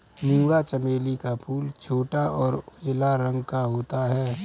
मूंगा चमेली का फूल छोटा और उजला रंग का होता है